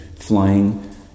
flying